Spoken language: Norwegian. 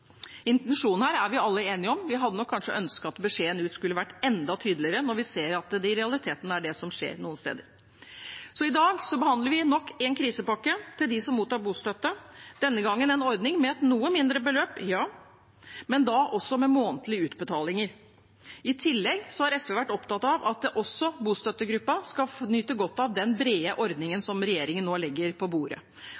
Intensjonen her er vi alle enige om. Vi hadde nok kanskje ønsket at beskjeden ut skulle vært enda tydeligere, når vi ser hva som i realiteten skjer noen steder. I dag behandler vi nok en krisepakke til dem som mottar bostøtte, denne gangen en ordning med et noe mindre beløp, ja, men da med månedlige utbetalinger. I tillegg har SV vært opptatt av at også bostøttegruppen skal få nyte godt av den brede ordningen